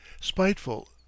spiteful